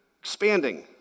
expanding